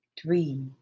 three